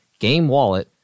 GameWallet